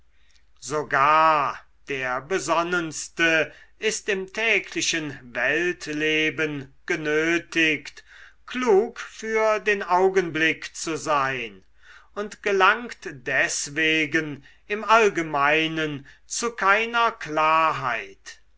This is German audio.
sogar der besonnenste ist im täglichen weltleben genötigt klug für den augenblick zu sein und gelangt deswegen im allgemeinen zu keiner klarheit